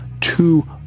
two